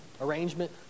arrangement